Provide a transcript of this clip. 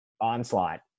onslaught